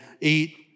eat